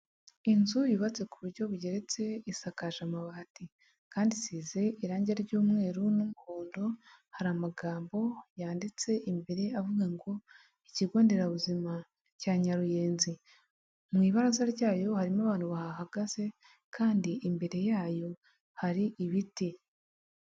Inzu yubatse ku buryo bugeretse, isakaje amabati kandi isize irangi ry'umweru n'umuhondo, hari amagambo yanditse imbere avuga ngo ikigo nderabuzima cya Nyaruyenzi. Mu ibaraza ryayo harimo abantu bahagaze kandi imbere yayo hari ibiti.